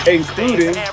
Including